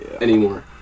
anymore